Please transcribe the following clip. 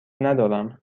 ندارم